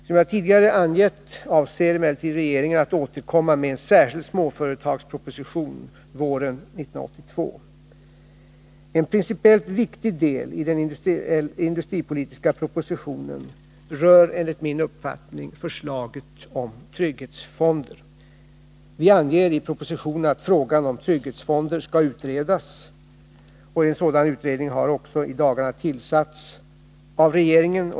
Som jag tidigare angivit avser regeringen emellertid att återkomma med en särskild småföretagsproposition våren 1982. i En principiellt viktig del i den industripolitiska propositionen rör förslaget om trygghetsfonder. Vi anger i propositionen att frågan om trygghetsfonder skall utredas. En sådan utredning har i dagarna också tillsatts av regeringen.